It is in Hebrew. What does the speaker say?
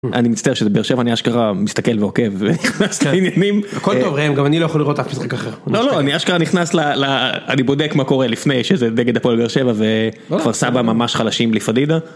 אני מצטער שזה באר שבע, אני אשכרה מסתכל ועוקב, עניינים. הכל טוב, ראם, גם אני לא יכול לראות אף משחק אחר. לא לא, אני אשכרה נכנס ל... אני בודק מה קורה לפני שזה, נגיד הפועל באר שבע וכפר סבא ממש חלשים לפדידה.